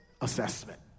assessment